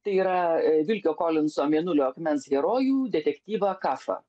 tai yra vilkio kolinso mėnulio akmens herojų detektyvą kapą